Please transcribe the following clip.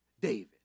David